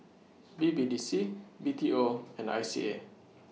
B B D C B T O and I C A